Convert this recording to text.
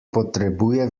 potrebuje